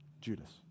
Judas